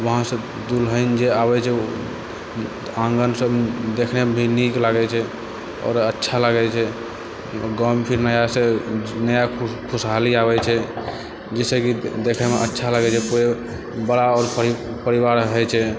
वहाँसँ दुल्हिन जे आबै छै उ आङ्गन सब देखनेमे भी नीक लागै छै आओर अच्छा लागै छै गाँवमे फिर नया खुशहाली आबै छै जाहिसँ कि देखैमे अच्छा लागै छै बड़ा आओर परिवार होइ छै